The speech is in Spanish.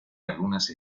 algunas